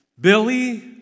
Billy